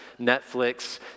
Netflix